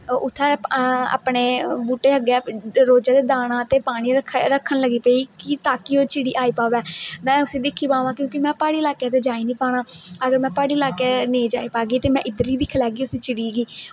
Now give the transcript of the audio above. उत्थै अपने बूहटे अग्गै रोजे दे दाने पाने पानी रक्खना लगी पेई कि ताकि ओह् चिड़ी आई पवे में उसी दिक्खी पवां कि क्योकि में प्हाड़ी इलाके ते जाई नेई पाना अगर में प्हाड़ी इलाके नेई जाई पागी ते में इद्धर ही दिक्खी लेगी उस चिड़ी गी